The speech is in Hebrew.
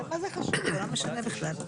זה לא משנה בכלל.